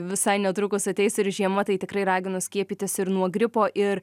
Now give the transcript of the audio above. visai netrukus ateis ir žiema tai tikrai raginu skiepytis ir nuo gripo ir